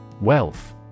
Wealth